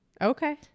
Okay